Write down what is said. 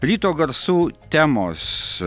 ryto garsų temos